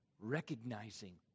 recognizing